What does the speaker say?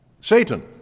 Satan